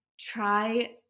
Try